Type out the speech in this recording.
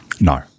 No